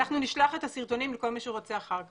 לכן נשלח את הסרטונים לכל מי שירצה אחר כך.